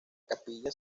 capilla